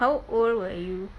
how old were you